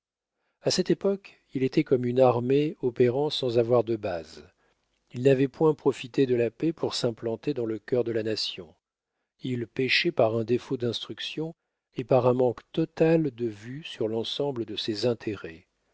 a cette époque il était comme une armée opérant sans avoir de base il n'avait point profité de la paix pour s'implanter dans le cœur de la nation il péchait par un défaut d'instruction et par un manque total de vue sur l'ensemble de ses intérêts